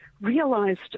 realized